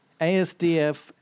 ASDF